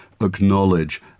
acknowledge